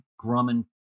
Grumman